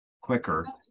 quicker